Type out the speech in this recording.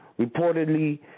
reportedly